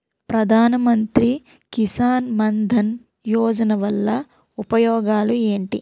ప్రధాన మంత్రి కిసాన్ మన్ ధన్ యోజన వల్ల ఉపయోగాలు ఏంటి?